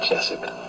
Jessica